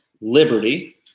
liberty